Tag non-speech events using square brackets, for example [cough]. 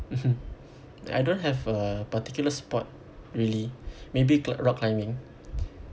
[noise] I don't have a particular sport really maybe cli~ rock climbing